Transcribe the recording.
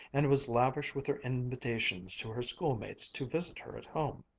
and was lavish with her invitations to her schoolmates to visit her at home.